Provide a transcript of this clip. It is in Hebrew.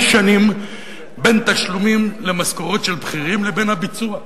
שנים אין קשר בין תשלומים למשכורות של בכירים ובין הביצוע.